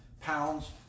pounds